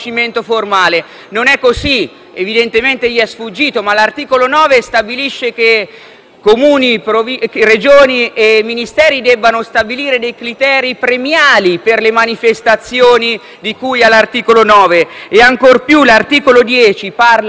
Evidentemente gli è sfuggito che l'articolo 9 stabilisce che Comuni, Regioni e Ministeri debbano stabilire dei criteri premiali per le manifestazioni cui si riferisce tale articolo e, ancor più, l'articolo 10 parla di piccole produzioni locali